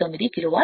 9 kilo watt